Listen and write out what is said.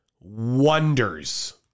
wonders